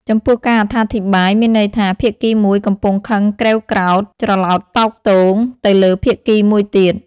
ចំពោះការអត្ថាធិប្បាយ មានន័យថា ភាគីមួយកំពុងខឹងក្រេវក្រោធ ច្រឡោតតោងតូងទៅលើភាគីមួយទៀត ។